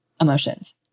emotions